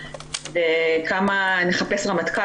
כמה נחפש רמטכ"ל